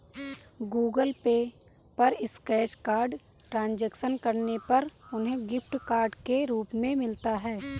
Google pay पर scratch card transaction करने पर उन्हें गिफ्ट कार्ड के रूप में मिलता है